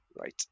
Right